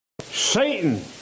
Satan